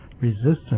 resistance